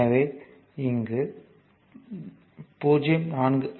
எனவே இங்கு 0